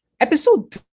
Episode